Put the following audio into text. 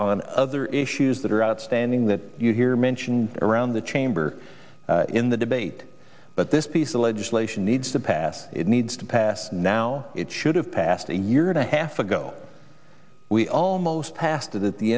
on other issues that are outstanding that you hear mentioned around the chamber in the debate but this piece of legislation needs to pass it needs to pass now it should have passed a year and a half ago we almost passed it at the